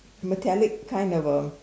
metallic kind of um